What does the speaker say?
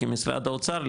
כמשרד האוצר,